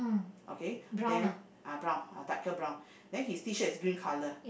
okay then uh brown uh darker brown then his t-shirt is green colour